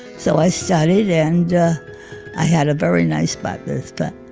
so i studied and i had a very nice bat-mitzvah.